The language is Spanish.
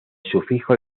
sufijo